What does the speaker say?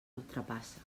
ultrapassa